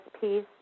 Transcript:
piece